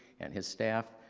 and his staff,